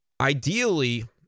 Ideally